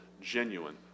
genuine